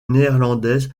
néerlandaise